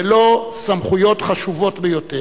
ולו סמכויות חשובות ביותר.